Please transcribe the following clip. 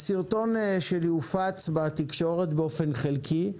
הסרטון שלי הופץ בתקשורת באופן חלקי,